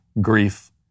grief